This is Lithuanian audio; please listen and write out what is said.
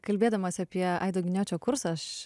kalbėdamas apie aido giniočio kursą aš